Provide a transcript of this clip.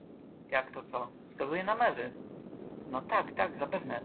dal jakto co wskazuję na mewy no tak tak zapewne